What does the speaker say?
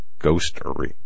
Ghostery